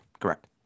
correct